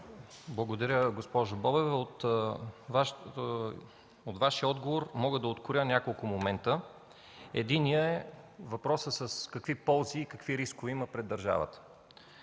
Благодаря, госпожо Бобева. От Вашия отговор мога да откроя няколко момента. Единият е въпросът с това какви ползи и какви рискове има пред държавата.